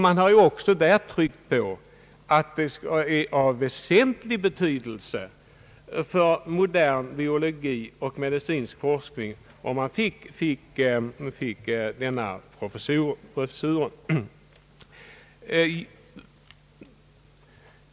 Man har även tryckt på att det är av väsentlig betydelse för modern biologisk och medicinsk forskning att man får denna professur.